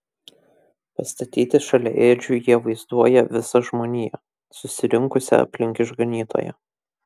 pastatyti šalia ėdžių jie vaizduoja visą žmoniją susirinkusią aplink išganytoją